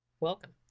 Welcome